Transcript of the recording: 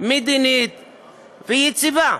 ומדינית יציבה.